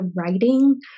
writing